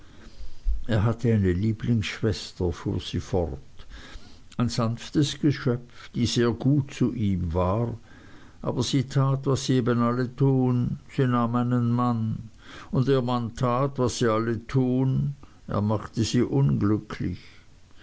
er hatte eine lieblingsschwester fuhr sie fort ein sanftes geschöpf die sehr gut zu ihm war aber sie tat was sie eben alle tun sie nahm einen mann und ihr mann tat was sie alle tun er machte sie unglücklich